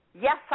yes